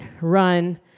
run